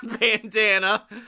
bandana